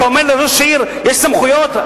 אתה אומר שלראש עיר יש סמכויות?